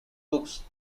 books